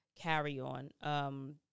carry-on